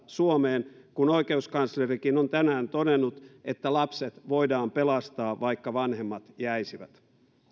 suomeen kun oikeuskanslerikin on tänään todennut että lapset voidaan pelastaa vaikka vanhemmat jäisivät